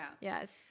Yes